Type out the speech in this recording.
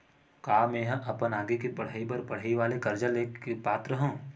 का मेंहा अपन आगे के पढई बर पढई वाले कर्जा ले के पात्र हव?